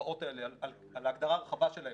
התופעות הרחבות האלה על ההגדרה הרחבה שלהם,